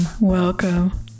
Welcome